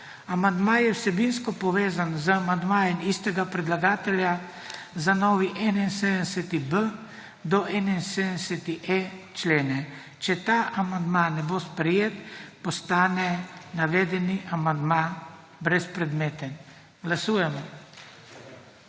Amandma je vsebinsko povezan z amandmajem istega predlagatelja za novi 71.b do 71.e člene. Če ta amandma ne bo sprejet postane navedeni amandma brezpredmeten. Glasujemo.